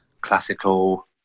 classical